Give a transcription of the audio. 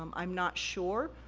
um i'm not sure.